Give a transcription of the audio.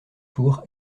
tour